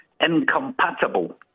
incompatible